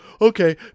okay